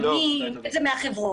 אילו מהחברות.